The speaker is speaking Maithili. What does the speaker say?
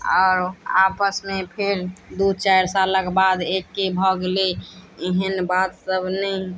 आओर आपसमे फेर दू चारि सालक बाद एके भऽ गेलै एहन बात सब नहि